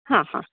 हां हां